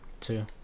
Two